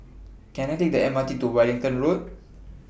Can I Take The M R T to Wellington Road